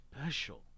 special